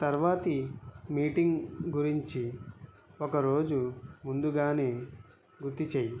తర్వాతి మీటింగ్ గురించి ఒక రోజు ముందుగానే గుర్తు చేయి